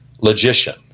logician